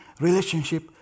relationship